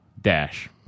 Dash